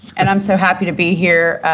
and i'm so happy to be here.